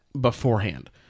beforehand